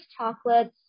chocolates